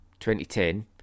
2010